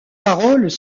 paroles